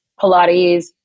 Pilates